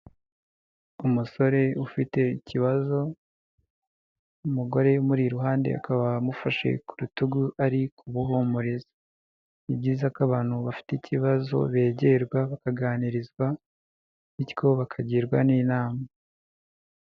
Umusore ufite ikibazo, umugore mu iruhande akaba amufashe ku rutugu ari kumuhumuriza. Ni ibyiza ko abantu bafite ikibazo begerwa bakaganirizwa bityo bakagirwa n'inama.